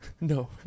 no